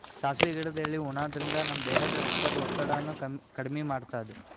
ಸಾಸ್ವಿ ಗಿಡದ್ ಎಲಿ ಉಣಾದ್ರಿನ್ದ ನಮ್ ದೇಹದ್ದ್ ರಕ್ತದ್ ಒತ್ತಡಾನು ಕಮ್ಮಿ ಮಾಡ್ತದ್